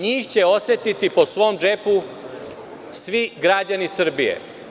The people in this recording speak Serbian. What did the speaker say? Njih će osetiti po svom džepu svi građani Srbije.